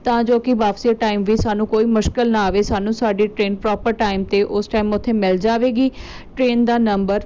ਤਾਂ ਜੋ ਕਿ ਵਾਪਸੀ ਦੇ ਟਾਈਮ ਵੀ ਸਾਨੂੰ ਕੋਈ ਮੁਸ਼ਕਲ ਨਾ ਆਵੇ ਸਾਨੂੰ ਸਾਡੀ ਟ੍ਰੇਨ ਪ੍ਰੋਪਰ ਟਾਈਮ 'ਤੇ ਉਸ ਟਾਈਮ ਉੱਥੇ ਮਿਲ ਜਾਵੇਗੀ ਟਰੇਨ ਦਾ ਨੰਬਰ